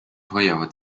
hoiavad